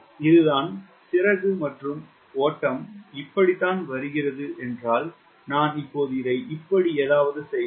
இதுதான் சிறகு மற்றும் ஓட்டம் இப்படித்தான் வருகிறது என்றால் நான் இப்போது இதை இப்படி ஏதாவது செய்தால்